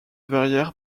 verrière